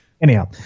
Anyhow